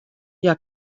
hja